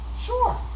Sure